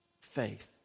faith